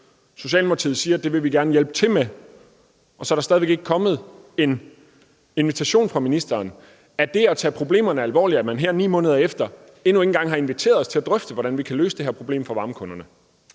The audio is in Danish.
Socialdemokratiet sagde, at det ville vi gerne hjælpe til med – er kommet en invitation fra ministeren. Er det at tage problemerne alvorligt, at man her 9 måneder efter ikke en gang har inviteret os til at drøfte, hvordan vi kan løse det her problem for varmekunderne?